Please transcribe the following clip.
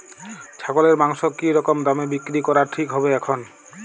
ছাগলের মাংস কী রকম দামে বিক্রি করা ঠিক হবে এখন?